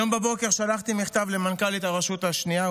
היום בבוקר שלחתי מכתב למנכ"לית הרשות השנייה,